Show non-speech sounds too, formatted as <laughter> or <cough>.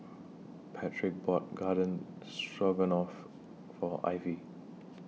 <noise> Patrick bought Garden Stroganoff For Ivie